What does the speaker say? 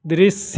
दृश्य